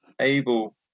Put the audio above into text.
able